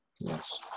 yes